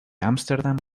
ámsterdam